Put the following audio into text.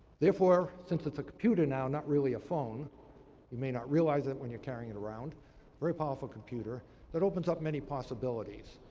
therefore, since it's a computer now, not really a phone you may not realize it when you're carrying it around very powerful computer that opens up many possibilities.